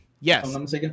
Yes